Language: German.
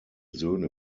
söhne